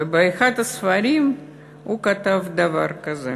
ובאחד הספרים הוא כתב דבר כזה,